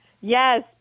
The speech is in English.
Yes